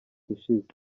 ishize